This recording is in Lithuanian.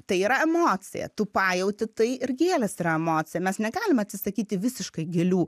tai yra emocija tu pajauti tai ir gėlės yra emocija mes negalim atsisakyti visiškai gėlių